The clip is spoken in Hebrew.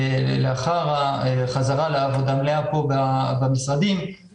אם צריך תגבור במשך שעות הלימודים יש לכם מענה?